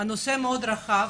הנושא מאוד רחב,